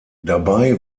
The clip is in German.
dabei